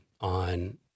on